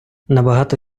набагато